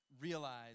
realize